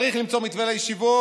צריך למצוא מתווה לישיבות?